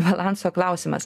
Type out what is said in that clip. balanso klausimas